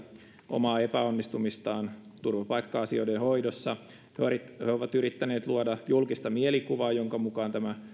omaa epäonnistumistaan turvapaikka asioiden hoidossa he ovat yrittäneet luoda julkista mielikuvaa jonka mukaan tämä